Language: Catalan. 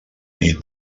nit